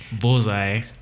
Bullseye